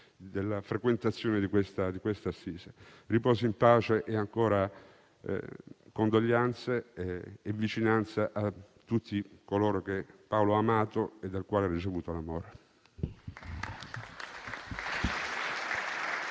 di frequentazione di questa assise. Riposa in pace. Rinnovo le condoglianze e la vicinanza a tutti coloro che Paolo ha amato e dal quale hanno ricevuto amore.